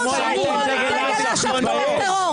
--- ראינו אותך אתמול עם דגל אש"ף, תומך טרור.